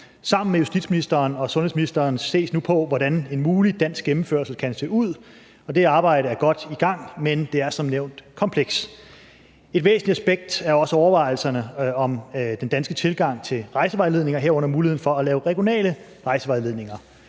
Sammen med justitsministeren og sundhedsministeren ses nu på, hvordan en mulig dansk gennemførelse kan se ud, og det arbejde er godt i gang, men det er som nævnt komplekst. Et væsentligt aspekt er også overvejelserne om den danske tilgang til rejsevejledninger, herunder muligheden for at lave regionale rejsevejledninger.